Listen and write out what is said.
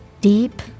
Deep